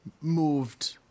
moved